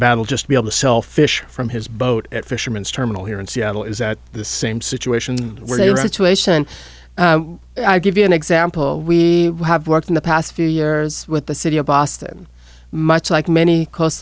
battle just be able to sell fish from his boat at fisherman's terminal here in seattle is the same situation where they were situation i give you an example we have worked in the past few years with the city of boston much like many coast